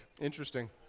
Interesting